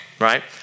right